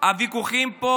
הוויכוחים פה